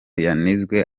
yanizwe